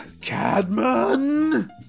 Cadman